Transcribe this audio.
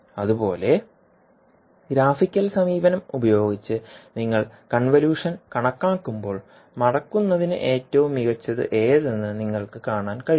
അതുപോലെ ഗ്രാഫിക്കൽ സമീപനം ഉപയോഗിച്ച് നിങ്ങൾ കൺവല്യൂഷൻ കണക്കാക്കുമ്പോൾ മടക്കുന്നതിന് ഏറ്റവും മികച്ചത് ഏതെന്ന് നിങ്ങൾക്ക് കാണാൻ കഴിയും